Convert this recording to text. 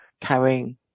carrying